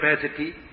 capacity